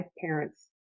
parents